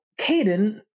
Caden